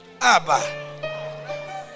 Abba